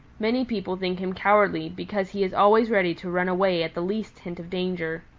many people think him cowardly because he is always ready to run away at the least hint of danger.